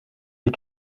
des